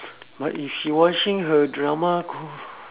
but if she watching her drama conf~